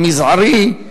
המזערי,